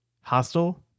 hostile